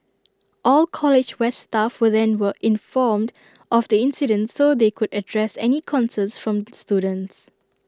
all college west staff were then were informed of the incident so they could address any concerns from students